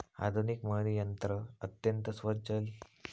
आधुनिक मळणी यंत्रा अत्यंत स्वयंचलित आसत